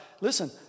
Listen